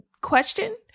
question